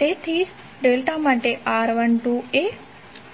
તેથી જ ડેલ્ટા માટે R12એ